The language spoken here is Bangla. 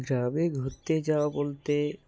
গ্রামে ঘুরতে যাওয়া বলতে